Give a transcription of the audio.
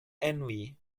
envy